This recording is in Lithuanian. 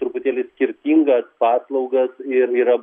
truputėlį skirtingas paslaugas ir yra